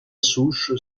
souche